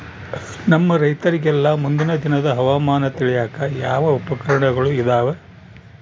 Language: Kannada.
ನಮ್ಮ ರೈತರಿಗೆಲ್ಲಾ ಮುಂದಿನ ದಿನದ ಹವಾಮಾನ ತಿಳಿಯಾಕ ಯಾವ ಉಪಕರಣಗಳು ಇದಾವ?